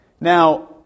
Now